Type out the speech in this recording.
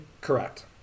Correct